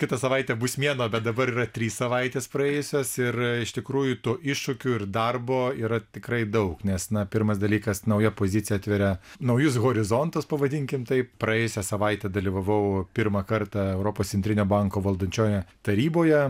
kitą savaitę bus mėnuo bet dabar yra trys savaitės praėjusios ir iš tikrųjų tų iššūkių ir darbo yra tikrai daug nes na pirmas dalykas nauja pozicija atveria naujus horizontus pavadinkim taip praėjusią savaitę dalyvavau pirmą kartą europos centrinio banko valdančiojoje taryboje